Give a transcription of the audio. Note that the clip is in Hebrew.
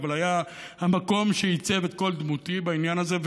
אבל היה המקום שעיצב את כל דמותי בעניין הזה.